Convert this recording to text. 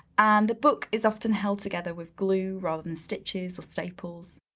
and the book is often held together with glue rather than stitches or staples.